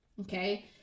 Okay